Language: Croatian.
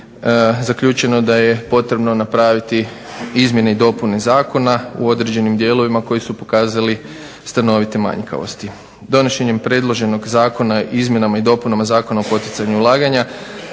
zaključeno da je potrebno napraviti izmjene i dopune Zakona u određenim dijelovima koji su pokazali stanovite manjkavosti. Donošenjem predloženog Zakona, izmjenama i dopunama Zakona o poticanju ulaganja